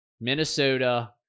Minnesota